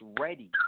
ready